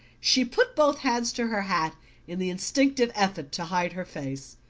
she put both hands to her hat in the instinctive effort to hide her face.